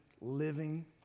living